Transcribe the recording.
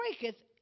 breaketh